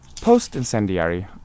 Post-incendiary